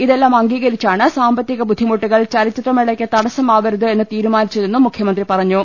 ഇതെല്ലാം അംഗീകരിച്ചാണ് സാമ്പത്തിക ബുദ്ധിമുട്ടുകൾ ചലച്ചിത്രമേ ളക്ക് തടസ്സമാവരുത് എന്ന് തീരുമാനിച്ചതെന്നും മുഖ്യമന്ത്രി പറഞ്ഞു